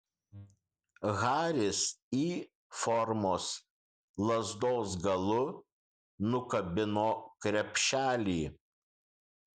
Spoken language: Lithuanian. haris y formos lazdos galu nukabino krepšelį